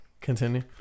Continue